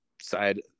side